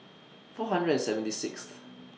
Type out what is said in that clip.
four hundred and seventy Sixth